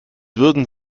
würden